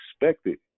expected